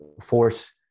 force